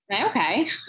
Okay